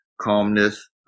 calmness